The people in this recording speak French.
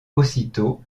aussitôt